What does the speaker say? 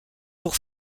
pour